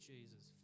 Jesus